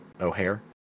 O'Hare